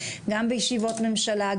גם בישיבות ממשלה,